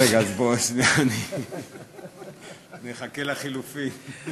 רגע, אז בוא, שנייה, נחכה לחילופים.